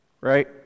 Right